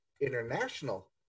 international